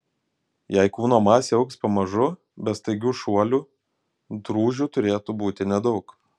jei kūno masė augs pamažu be staigių šuolių drūžių turėtų būti nedaug